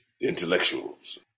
intellectuals